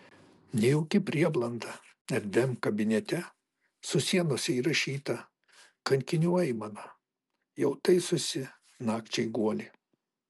nejauki prieblanda erdviam kabinete su sienose įrašyta kankinių aimana jau taisosi nakčiai guolį